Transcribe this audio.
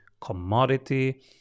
commodity